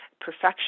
perfection